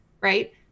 right